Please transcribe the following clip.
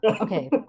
Okay